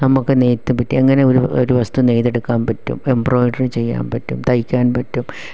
നമുക്ക് നെയ്ത്ത് പറ്റി എങ്ങനെ ഒരു ഒരു വസ്ത്രം നെയ്തെടുക്കാം പറ്റും എംബ്രോയ്ഡറി ചെയ്യാൻ പറ്റും തയ്ക്കാൻ പറ്റും